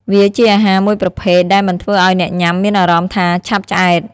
វាជាអាហារមួយប្រភេទដែលមិនធ្វើឲ្យអ្នកញុាំមានអារម្មណ៍ថាឆាប់ឆ្អែត។